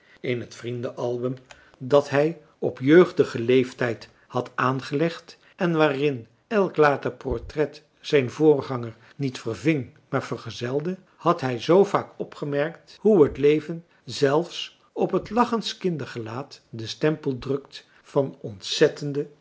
in het vrienden album dat hij op jeugdigen leeftijd had aangelegd en waarin elk later portret zijn voorganger niet verving maar vergezelde had hij zoo vaak opgemerkt hoe het leven zelfs op het lachendst kindergelaat den stempel drukt van ontzettenden